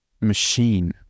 machine